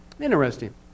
Interesting